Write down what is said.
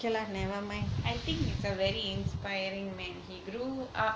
I think he's a very inspiring man he grew up